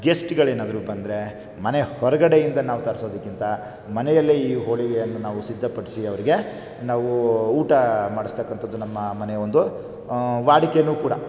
ಗೆಸ್ಟ್ಗಳೇನಾದರೂ ಬಂದರೆ ಮನೆಯ ಹೊರಗಡೆಯಿಂದ ನಾವು ತರಿಸೋದಕ್ಕಿಂತ ಮನೆಯಲ್ಲೇ ಈ ಹೋಳಿಗೆಯನ್ನು ನಾವು ಸಿದ್ದಪಡಿಸಿ ಅವರಿಗೆ ನಾವು ಊಟ ಮಾಡಿಸ್ತಕ್ಕಂಥದ್ದು ನಮ್ಮ ಮನೆಯ ಒಂದು ವಾಡಿಕೆ ಕೂಡ